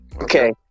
okay